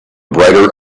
brighter